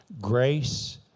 grace